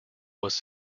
was